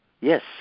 Yes